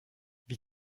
wie